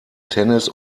tennis